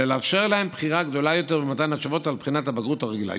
אלא לאפשר להם בחירה גדולה יותר במתן התשובות על בחינת הבגרות הרגילה.